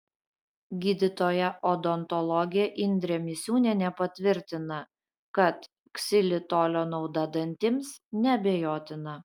gydytoja odontologė indrė misiūnienė patvirtina kad ksilitolio nauda dantims neabejotina